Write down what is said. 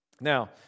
Now